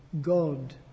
God